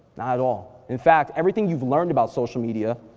not at all. in fact, everything you've learned about social media,